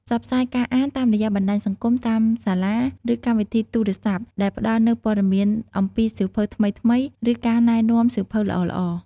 ផ្សព្វផ្សាយការអានតាមរយៈបណ្តាញសង្គម តាមសាលា ឬកម្មវិធីទូរស័ព្ទ ដែលផ្តល់នូវព័ត៌មានអំពីសៀវភៅថ្មីៗ ឬការណែនាំសៀវភៅល្អៗ។